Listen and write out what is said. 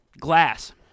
glass